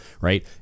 right